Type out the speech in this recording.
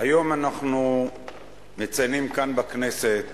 היום אנחנו מציינים כאן בכנסת